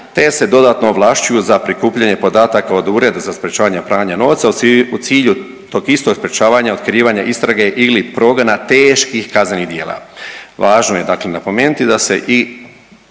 te se dodatno ovlašćuju za prikupljanje podataka od Ureda za sprječavanje pranja novca u cilju tog istog sprječavanja i otkrivanja istrage ili progona teških kaznenih djela. Važno je dakle napomenuti da se i